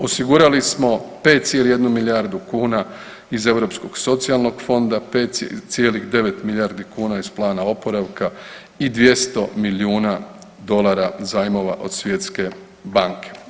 Osigurali smo 5,1 milijardu kuna iz Europskog socijalnog fonda, 5,9 milijardi kuna iz Plana oporavka i 200 milijuna dolara od Svjetske banke.